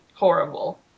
horrible